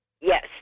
Yes